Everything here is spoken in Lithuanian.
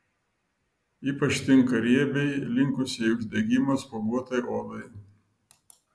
ypač tinka riebiai linkusiai į uždegimą spuoguotai odai